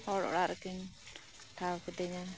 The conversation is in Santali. ᱦᱚᱲ ᱚᱲᱟᱜ ᱨᱮᱠᱤᱱ ᱴᱷᱟᱶ ᱠᱟᱫᱤᱧᱟ